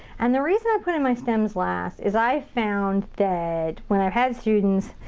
and the reason i put in my stems last, is i found that when i had students,